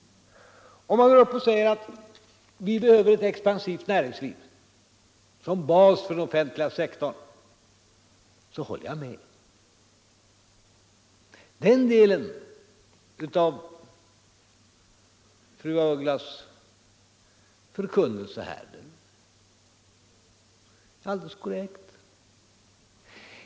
Om någon går upp och säger att vi behöver ett expansivt näringsliv som bas för den offentliga sektorn så håller jag med. Den delen av fru af Ugglas förkunnelse är alldeles korrekt.